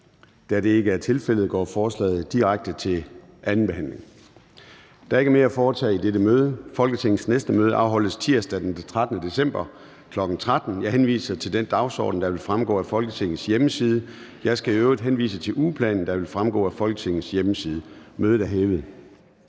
10:28 Meddelelser fra formanden Formanden (Søren Gade): Der er ikke mere at foretage i dette møde. Folketingets næste møde afholdes tirsdag den 13. december 2022, kl. 13.00. Jeg henviser til den dagsorden, der vil fremgå af Folketingets hjemmeside. Jeg skal i øvrigt henvise til ugeplanen, der også vil fremgå af Folketingets hjemmeside. Mødet er hævet.